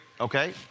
Okay